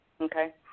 Okay